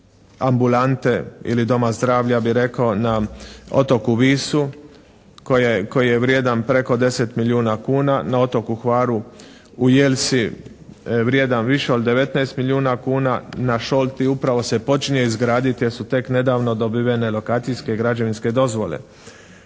ambulante ili doma zdravlja bi rekao na otoku Visu koji je vrijedan preko 10 milijuna kuna, na otoku Hvaru u Jelsi vrijedan više od 19 milijuna kuna, na Šolti upravo se počinje izgraditi jer su tek nedavno dobivene lokacijske i građevinske dozvole.